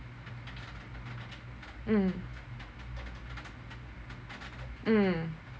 mm mm